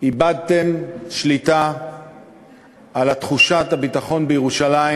איבדתם שליטה על תחושת הביטחון בירושלים